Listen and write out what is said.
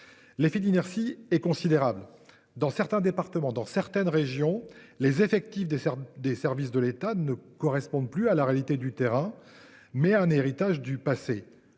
L'effet d'inertie est considérable dans certains départements, dans certaines régions, les effectifs des des services de l'État ne correspondent plus à la réalité du terrain mais un héritage du passé.